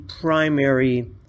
primary